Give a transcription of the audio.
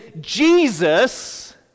Jesus